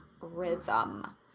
rhythm